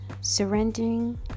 Surrendering